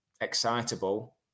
excitable